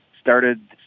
started